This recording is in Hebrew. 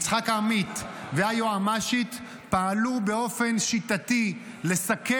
יצחק עמית והיועמ"שית פעלו באופן שיטתי לסכל